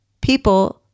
people